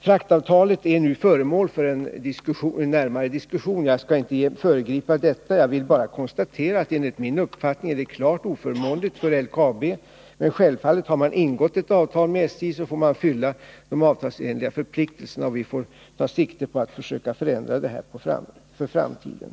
Fraktavtalet är nu föremål för en närmare diskussion. Jag skall inte föregripa den — jag vill bara konstatera att enligt min uppfattning är det klart oförmånligt för LKAB. Men har man ingått ett avtal med SJ får man självfallet uppfylla de avtalsenliga förpliktelserna, och vi får ta sikte på att försöka förändra det här för framtiden.